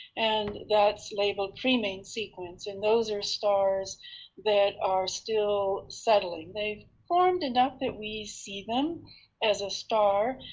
and that's labeled pre-main sequence, and those are stars that are still settling. they've formed enough that we see them as a star,